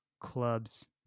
clubs